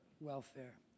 welfare